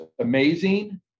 amazing